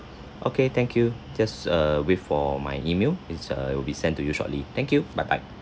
okay thank you just err wait for my email it's err it will be sent to you shortly thank you bye bye